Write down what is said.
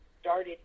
started